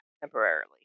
temporarily